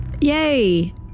Yay